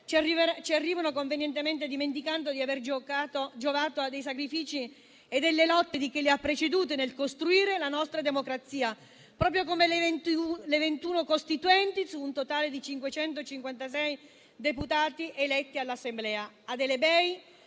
dimenticando convenientemente di aver giovato dei sacrifici e delle lotte di chi li ha precedute nel costruire la nostra democrazia, proprio come le ventuno Costituenti, su un totale di 556 deputati eletti all'Assemblea: